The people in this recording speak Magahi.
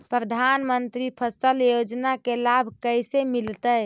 प्रधानमंत्री फसल योजना के लाभ कैसे मिलतै?